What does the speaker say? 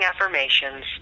affirmations